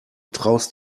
traust